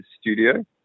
studio